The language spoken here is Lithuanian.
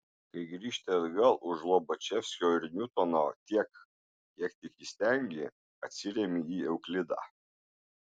kai grįžti atgal už lobačevskio ir niutono tiek kiek tik įstengi atsiremi į euklidą